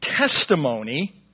testimony